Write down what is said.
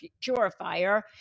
purifier